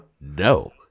No